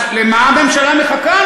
אז למה הממשלה מחכה?